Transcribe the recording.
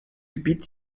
gebiet